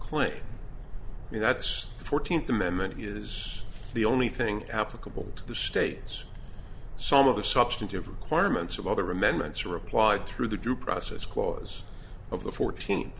claim and that's the fourteenth amendment is the only thing applicable to the states some of the substantive requirements of other amendments are applied through the due process clause of the fourteenth